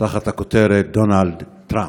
תחת הכותרת: דונלד טראמפ.